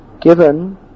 given